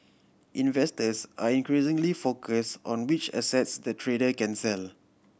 investors are increasingly focus on which assets the trader can sell